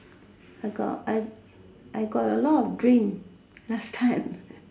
I got I I got a lot of dream last time